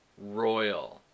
Royal